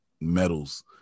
medals